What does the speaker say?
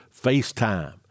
FaceTime